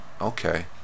okay